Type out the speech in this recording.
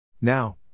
Now